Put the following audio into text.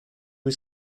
was